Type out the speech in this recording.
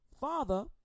Father